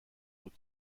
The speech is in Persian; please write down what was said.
بود